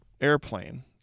airplane